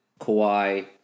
Kawhi